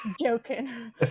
Joking